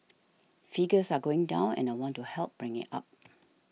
figures are going down and I want to help bring it up